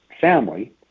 family